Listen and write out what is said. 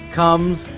comes